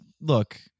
look